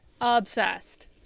Obsessed